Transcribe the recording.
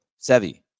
Sevi